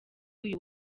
uyu